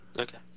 okay